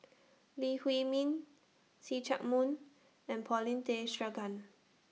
Lee Huei Min See Chak Mun and Paulin Tay Straughan